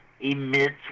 emits